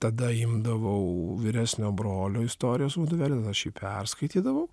tada imdavau vyresnio brolio istorijos vadovėlį tada aš jį perskaitydavau